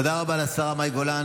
תודה רבה לשרה מאי גולן.